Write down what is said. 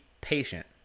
patient